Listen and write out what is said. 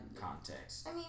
context